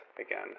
again